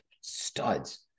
studs